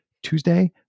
Tuesday